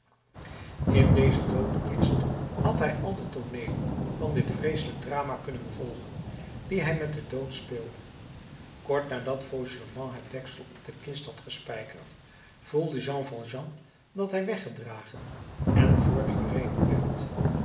in deze doodkist had hij al de tooneelen van dit vreeselijk drama kunnen volgen die hij met den dood speelde kort nadat fauchelevent het deksel op de kist had gespijkerd voelde jean valjean dat hij weggedragen en voortgereden werd